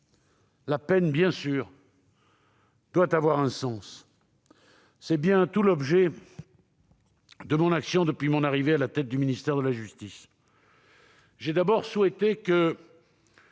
La peine doit évidemment avoir un sens. C'est bien tout l'objet de mon action depuis mon arrivée à la tête du ministère de la justice. J'ai d'abord souhaité que